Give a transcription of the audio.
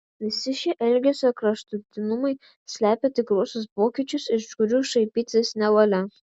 visi šie elgesio kraštutinumai slepia tikruosius pokyčius iš kurių šaipytis nevalia